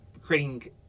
creating